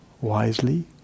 wisely